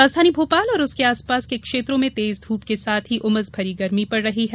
राजधानी भोपाल और उसके आसपास के क्षेत्रों में तेज धूप के साथ उमस भरी गर्मी पड़ रही है